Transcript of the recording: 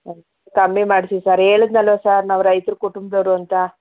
ಕಮ್ಮಿ ಮಾಡಿಸಿ ಸರ್ ಹೇಳದ್ನಲ್ವಾ ಸಾರ್ ನಾವು ರೈತ್ರ ಕುಟುಂಬ್ದವ್ರು ಅಂತ